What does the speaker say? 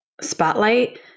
spotlight